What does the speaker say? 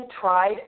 tried